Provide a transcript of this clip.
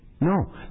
No